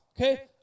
okay